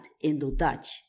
Indo-Dutch